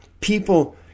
People